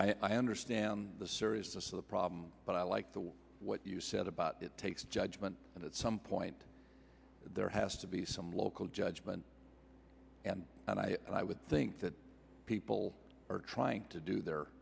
i understand the seriousness of the problem but i like the way what you said about it takes judgment and at some point there has to be some local judgment and and i and i would think that people are trying to do their